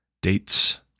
dates